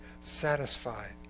satisfied